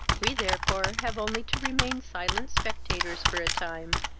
we, therefore, have only to remain silent spectators for a time,